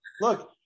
Look